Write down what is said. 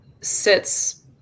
sits